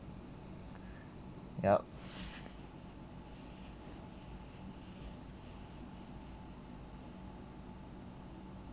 yup